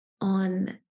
on